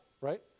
right